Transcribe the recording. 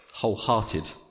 Wholehearted